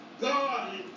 God